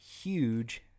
huge